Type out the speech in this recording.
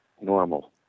normal